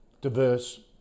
diverse